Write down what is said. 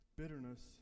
Bitterness